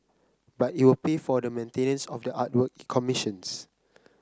but it will pay for the maintenance of the artwork it commissions